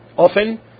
Often